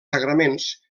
sagraments